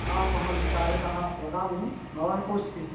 आम् अहं चालकः वदामि भवान् कोस्ति